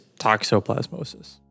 toxoplasmosis